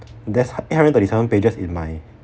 there's hun~ eight hundred thirty-seven pages in my